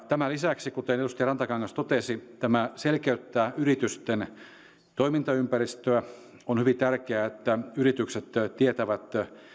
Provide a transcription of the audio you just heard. tämän lisäksi kuten edustaja rantakangas totesi tämä selkeyttää yritysten toimintaympäristöä on hyvin tärkeää että yritykset tietävät